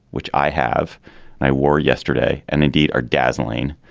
which i have i wore yesterday and indeed are dazzling.